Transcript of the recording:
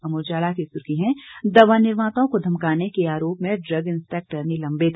अमर उजाला की सुर्खी है दवा निर्माताओं को धमकाने के आरोप में ड्रग इंस्पैक्टर निलंबित